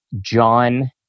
john